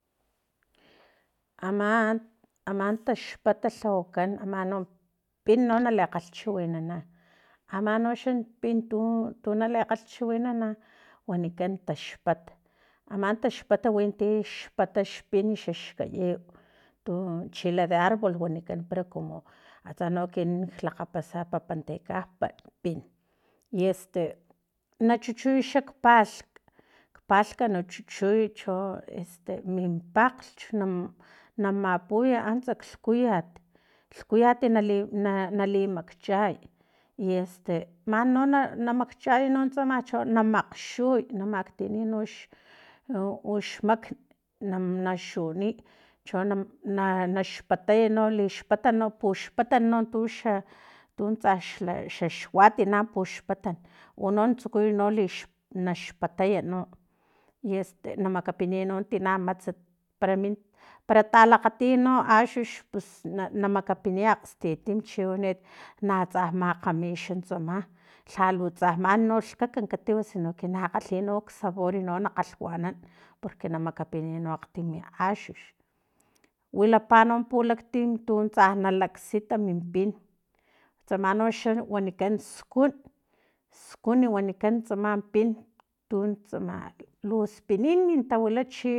Ama ama taxpat lhawakan amano pin nali kgalhchiwinana ama noxa pin tu tu na nalikgalhchiwanana wanikan taxpat ama taxpat winti xpata xpin xaxkayiw tu chile de arbol wanikan pero kumu atsa no ekinan lakgapasa papantekapan pin i este na chuchuy xak palhk palhk na chuchuy cho este min pakglhch na na mapuy antsa klhuyat lhkuyat na li nalimakchay i este man no na namakchay no tsama namakgxuy na maktiniy nox no ux makn na xuniy cho na na xpatay no lixpatan no puxpatan no tuxa tutsa xa xaxuati na puxpatan uno na tsukuy nax pataya no y este na makapiniy no tina matsat para min para talakgatiy no axux pus na namakapiniy akgstitim chiwani natsa makgami na xa tsama lhalu tsa man lhkaka natiw sino que na kgalhi ksabor no na kgalhwanan porque na makapiniy akgtimi axux wilapano pilaktim tutsa nalaksita minpin tsama noxa wanikan skun skun wanikan tsama pin tuntsama lu spinini tawila chi